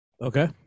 Okay